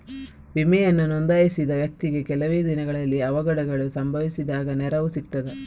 ವಿಮೆಯನ್ನು ನೋಂದಾಯಿಸಿದ ವ್ಯಕ್ತಿಗೆ ಕೆಲವೆ ದಿನಗಳಲ್ಲಿ ಅವಘಡಗಳು ಸಂಭವಿಸಿದಾಗ ನೆರವು ಸಿಗ್ತದ?